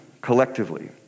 collectively